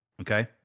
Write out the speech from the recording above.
Okay